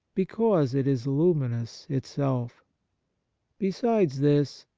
because it is luminous itself besides this,